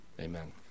Amen